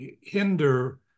hinder